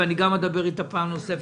וגם אדבר איתה פעם נוספת,